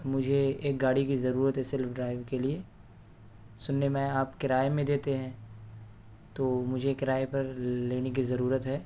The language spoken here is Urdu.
مجھے ایک گاڑی کی ضرورت ہے سیلف ڈرائیو کے لیے سننے میں آیا آپ کرایے میں دیتے ہیں تو مجھے کرایے پر لینے کی ضرورت ہے